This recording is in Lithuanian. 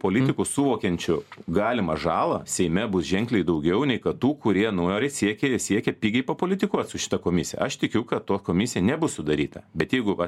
politikų suvokiančių galimą žalą seime bus ženkliai daugiau nei kad tų kurie nori siekia ir siekia pigiai papolitikuot su šita komisija aš tikiu kad to komisija nebus sudaryta bet jeigu va